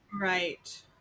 right